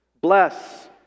bless